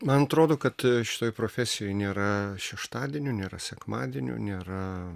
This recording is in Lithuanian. man atrodo kad šitoj profesijoj nėra šeštadienių nėra sekmadienių nėra